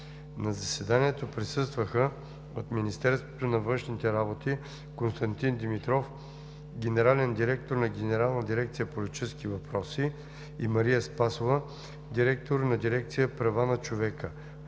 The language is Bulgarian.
На заседанието присъстваха от Министерството на външните работи: Константин Димитров – генерален директор на генерална дирекция „Политически въпроси“, и Мария Спасова – директор на дирекция „Права на човека“;